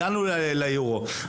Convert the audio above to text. הגענו ליורו.